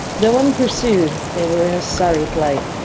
though unpursued, they were in a sorry plight.